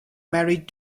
married